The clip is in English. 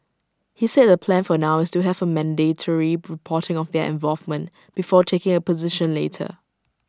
he said the plan for now is to have mandatory reporting of their involvement before taking A position later